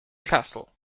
castle